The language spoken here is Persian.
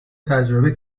تجربه